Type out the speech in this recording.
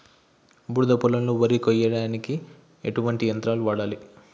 బురద పొలంలో వరి కొయ్యడానికి ఎటువంటి యంత్రాన్ని వాడాలి?